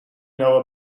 know